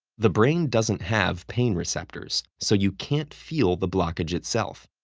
the brain doesn't have pain receptors, so you can't feel the blockage itself.